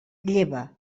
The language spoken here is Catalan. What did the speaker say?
lleva